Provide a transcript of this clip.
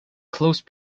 close